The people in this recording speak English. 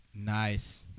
Nice